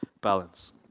balance